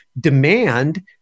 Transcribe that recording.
demand